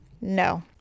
No